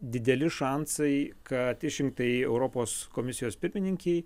dideli šansai kad išrinktajai europos komisijos pirmininkei